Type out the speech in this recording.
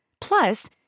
Plus